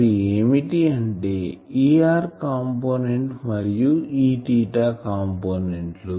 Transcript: అవి ఏమిటి అంటే Er కాంపోనెంట్ మరియు Eθకాంపోనెంట్లు